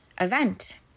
event